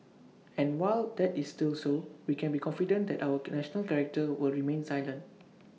and while that is still so we can be confident that our national character will remain resilient